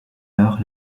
heure